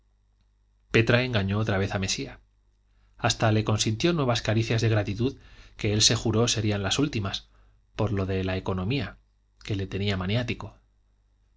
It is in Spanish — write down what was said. petra engañó otra vez a mesía hasta le consintió nuevas caricias de gratitud que él se juró serían las últimas por lo de la economía que le tenía maniático